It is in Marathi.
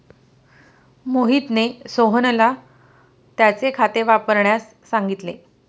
मोहितने सोहनला त्याचे खाते तपासण्यास सांगितले